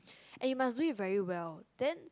and you must do it very well then